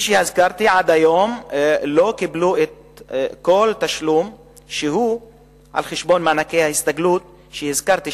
עד היום לא קיבלו כל תשלום שהוא על-חשבון מענקי ההסתגלות שהזכרתי,